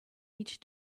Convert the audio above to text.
each